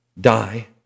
die